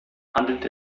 handelt